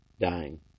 dying